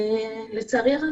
לצערי הרב,